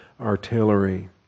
artillery